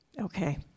Okay